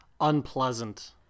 unpleasant